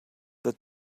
that